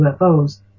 UFOs